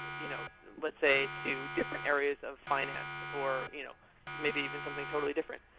but you know let's say, to different areas of finance, or you know maybe even something totally different.